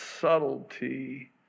subtlety